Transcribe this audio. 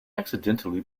accidentally